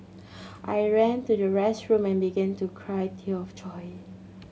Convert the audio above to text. I ran to the restroom and began to cry tear of joy